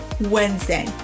Wednesday